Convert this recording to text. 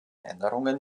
änderungen